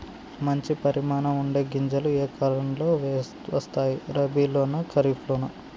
మంచి పరిమాణం ఉండే గింజలు ఏ కాలం లో వస్తాయి? రబీ లోనా? ఖరీఫ్ లోనా?